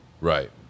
right